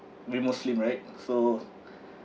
we muslim right so